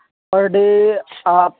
پر day سات